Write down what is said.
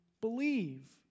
believe